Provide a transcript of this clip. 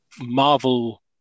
Marvel